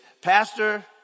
Pastor